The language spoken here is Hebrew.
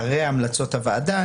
אחרי המלצות הוועדה,